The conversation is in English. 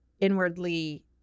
inwardly